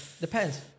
depends